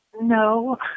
No